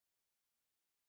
okay